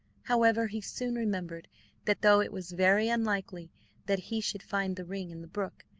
however, he soon remembered that though it was very unlikely that he should find the ring in the brook,